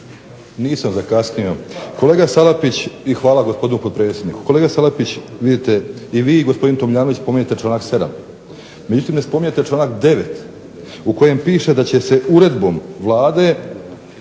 **Grubišić, Boro (HDSSB)** Hvala lijepo. Kolega Salapić, vidite i vi i gospodin Tomljanović spominjete članak 7. međutim ne spominjete članak 9. u kojem piše da će se uredbom Vlade